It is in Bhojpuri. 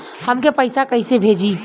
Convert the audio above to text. हमके पैसा कइसे भेजी?